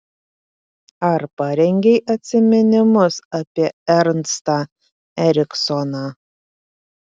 ar parengei atsiminimus apie ernstą eriksoną